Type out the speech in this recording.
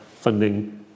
funding